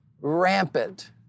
rampant